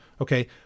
Okay